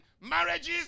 marriages